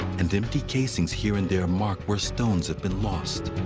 and empty casings here and there mark where stones have been lost.